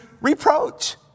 reproach